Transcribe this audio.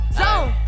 zone